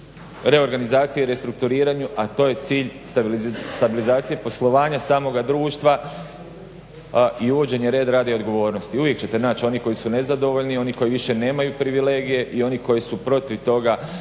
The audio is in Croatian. reorganizaciji i restrukturiranju, a to je cilj stabilizacije poslovanja samoga društva i uvođenje reda, rada i odgovornosti. I uvijek ćete način one koji su nezadovoljni, i oni koji više nemaju privilegije i oni koji su protiv toga